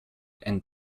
and